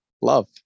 love